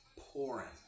pouring